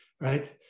right